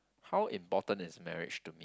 how important is marriage to me